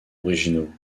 originaux